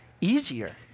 easier